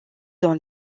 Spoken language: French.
dans